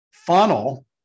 funnel